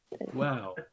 Wow